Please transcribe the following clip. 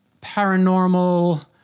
paranormal